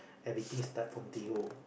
everything start from zerp